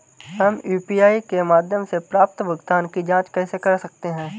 हम यू.पी.आई के माध्यम से प्राप्त भुगतान की जॉंच कैसे कर सकते हैं?